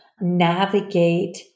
navigate